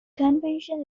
convention